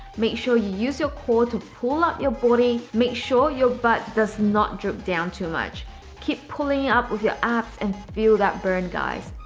make sure you use your core to pull out your body. make sure your butt does not drop down too much keep pulling up with your abs and feel that burn guys,